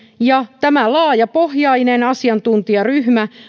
ja tämä laajapohjainen asiantuntijaryhmä